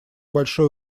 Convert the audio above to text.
большое